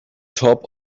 top